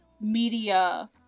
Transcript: media